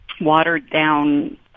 watered-down